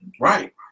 right